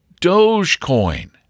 Dogecoin